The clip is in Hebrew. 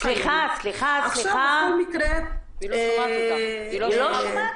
סליחה, סליחה, סליחה --- לא שומעת אותי.